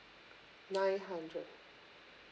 nine hundred